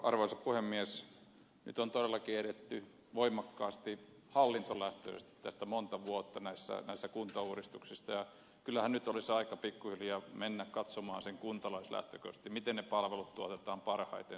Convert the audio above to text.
nyt on todellakin edetty voimakkaasti hallintolähtöisesti monta vuotta näissä kuntauudistuksissa ja kyllähän nyt olisi aika pikkuhiljaa mennä katsomaan kuntalaislähtökohtaisesti miten ne palvelut tuotetaan parhaiten